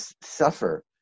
suffer